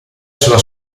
sulla